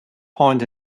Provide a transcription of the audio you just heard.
point